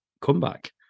comeback